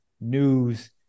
news